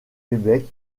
québec